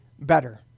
better